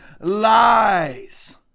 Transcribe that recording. lies